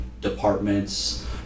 departments